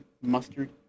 Mustard